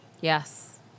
Yes